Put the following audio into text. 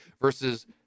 versus